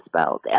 spelled